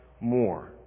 more